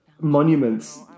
monuments